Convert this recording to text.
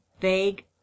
vague